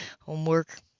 Homework